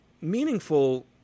meaningful